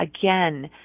again